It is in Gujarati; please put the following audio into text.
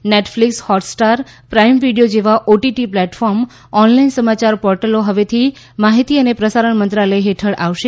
નેટફ્લીક્સ હોટસ્ટાર પ્રાઇમ વીડિયો જેવા ઓટીટી પ્લેટફોર્મ ઓનલાઈન સમાચાર પોર્ટલો હવેથી માહિતી અને પ્રસારણ મંત્રાલય હેઠળ આવશે